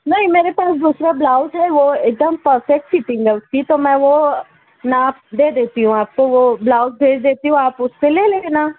نہيں ميرے پاس دوسرا بلاؤز ہے وہ ايک دم پرفيکٹ فٹنگ ہے اس کی تو میں وہ ناپ دے ديتى ہوں آپ كو وہ بلاؤز بھيج ديتى ہوں آپ اس سے لے لینا